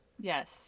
Yes